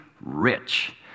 rich